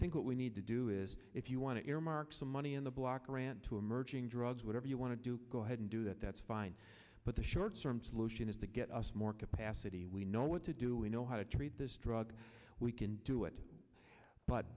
think what we need to do is if you want to earmark some money in the block grant to emerging drugs whatever you want to do go ahead and do that that's fine but the short term solution is to get more capacity we know what to do we know how to treat this drug we can do it but